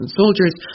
soldiers